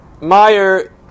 Meyer